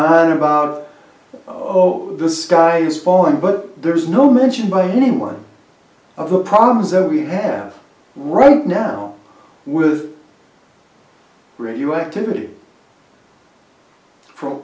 on about oh the sky is falling but there's no mention by anyone of the problems that we have right now with radioactivity f